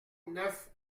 neuf